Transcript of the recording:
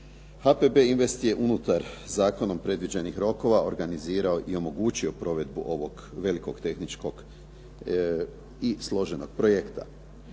HPB Invest je unutar zakonom predviđenih rokova organizirao i omogućio provedbu ovog velikog tehničkog i složenog projekta.